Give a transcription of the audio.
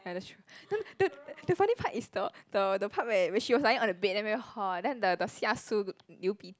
ya that's true then then the funny part is the the part where where she was lying on the bed then very hot then the the Xia Su Liu Pi